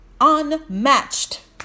Unmatched